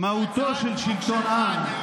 "מהותו של שלטון העם,